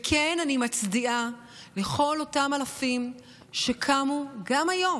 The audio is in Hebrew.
וכן, אני מצדיעה לכל אותם אלפים שקמו, גם היום,